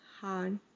hard